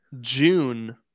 June